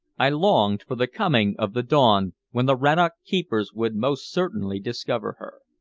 i longed for the coming of the dawn when the rannoch keepers would most certainly discover her.